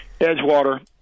Edgewater